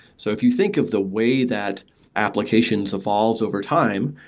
so if you think of the way that applications evolved overtime,